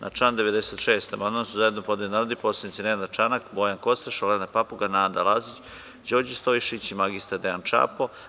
Na član 96. amandman su zajedno podneli narodni poslanici Nenad Čanak, Bojan Kostreš, Olena Papuga, Nada Lazić, Đorđe Stojšić i mr Dejan Čapo.